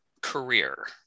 career